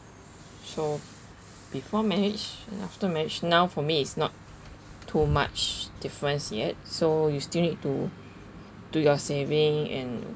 so before marriage and after marriage now for me is not too much difference yet so you still need to do your saving and